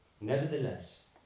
Nevertheless